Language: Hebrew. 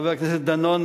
חבר הכנסת דנון,